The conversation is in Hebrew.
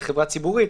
זו חברה ציבורית,